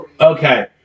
Okay